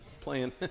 playing